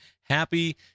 happy